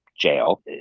jail